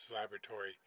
laboratory